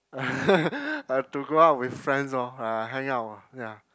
I have to go out with friends lor ah hang out ya